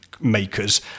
Makers